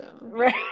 Right